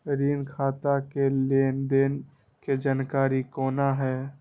ऋण खाता के लेन देन के जानकारी कोना हैं?